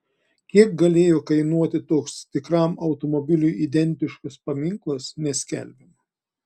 kiek galėjo kainuoti toks tikram automobiliui identiškas paminklas neskelbiama